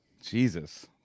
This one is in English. Jesus